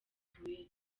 mituweli